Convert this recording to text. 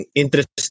interest